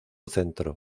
centro